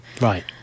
Right